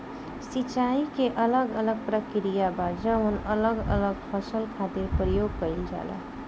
सिंचाई के अलग अलग प्रक्रिया बा जवन अलग अलग फसल खातिर प्रयोग कईल जाला